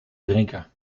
drinker